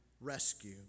rescue